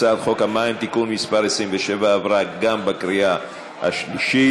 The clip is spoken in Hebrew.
הצעת חוק המים (תיקון מס' 27) עברה גם בקריאה שלישית.